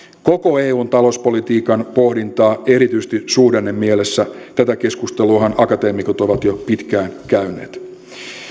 koko eun talouspolitiikan pohdintaa erityisesti suhdannemielessä tätä keskusteluahan akateemikot ovat jo pitkään käyneet